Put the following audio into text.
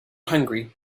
hungry